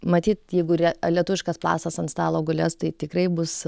matyt jeigu re lietuviškas pasas ant stalo gulės tai tikrai bus